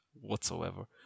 whatsoever